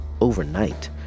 overnight